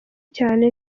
cyane